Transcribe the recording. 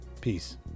Peace